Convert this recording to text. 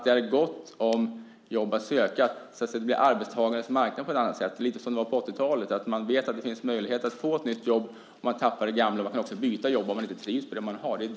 Det blir på något sätt arbetstagarens marknad, lite grann som det var på 80-talet, och man vet att det finns möjlighet att få ett nytt jobb om man förlorar det gamla. Och man kan också byta jobb om man inte trivs med det jobb som man har.